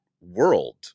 world